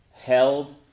Held